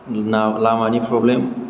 लामानि फ्रब्लेम